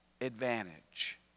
advantage